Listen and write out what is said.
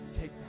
take